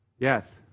Yes